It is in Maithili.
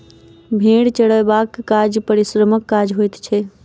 भेंड़ चरयबाक काज परिश्रमक काज होइत छै